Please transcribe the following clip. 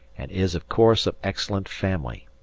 and is, of course, of excellent family,